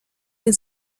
der